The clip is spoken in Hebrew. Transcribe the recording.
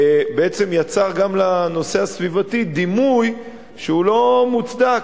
בעצם יצרו גם לנושא הסביבתי דימוי שהוא לא מוצדק,